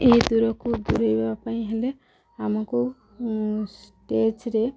ଏହି ଦୂରକୁ ଦୂରେଇବା ପାଇଁ ହେଲେ ଆମକୁ ଷ୍ଟେଜରେ